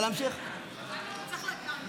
התשפ"ה 2024, של חברת